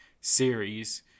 series